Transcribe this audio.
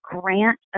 grant